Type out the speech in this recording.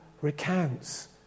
recounts